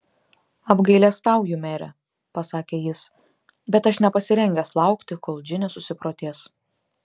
apgailestauju mere pasakė jis bet aš nepasirengęs laukti kol džinė susiprotės